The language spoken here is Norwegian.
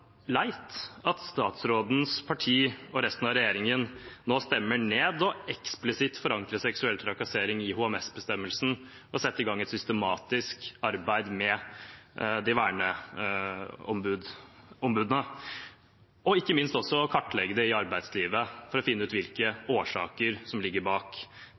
at statsrådens parti og resten av regjeringen nå stemmer ned eksplisitt å forankre seksuell trakassering i HMS-bestemmelsen og sette i gang et systematisk arbeid med verneombudene, og ikke minst også å kartlegge det i arbeidslivet for å finne ut hvilke årsaker som ligger bak.